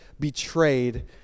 betrayed